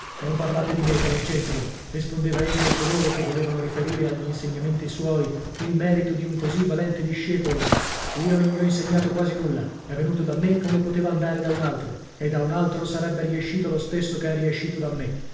non parlate di me che non c'entro rispondeva egli a coloro che volevano riferire agli insegnamenti suoi il merito di un così valente discepolo io non gli ho insegnato quasi nulla è venuto da me come poteva andare da un altro e da un altro sarebbe riescito lo stesso che è riescito da me